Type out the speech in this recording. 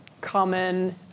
common